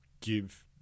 give